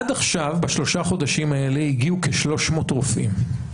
עד עכשיו בשלושה החודשים האלה הגיעו כ-300 רופאים.